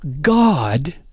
God